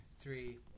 three